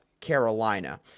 Carolina